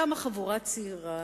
קמה חבורה צעירה,